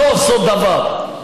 לא עושות דבר,